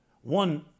One